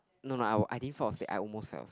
no no I w~ I didn't fall asleep I almost fell